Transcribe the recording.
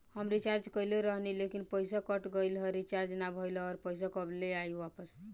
हम रीचार्ज कईले रहनी ह लेकिन पईसा कट गएल ह रीचार्ज ना भइल ह और पईसा कब ले आईवापस?